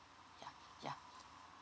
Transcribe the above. yeah yeah